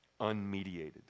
Unmediated